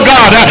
God